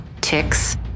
ticks